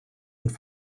und